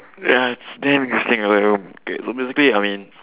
ya it's damn interesting whatever okay so basically I mean